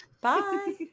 Bye